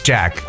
Jack